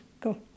go